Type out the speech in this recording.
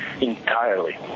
entirely